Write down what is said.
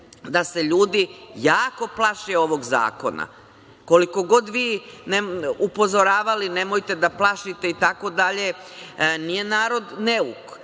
da se ljudi jako plaše ovog zakona. Koliko god vi upozoravali nemojte da plašite i tako dalje, nije narod neuk,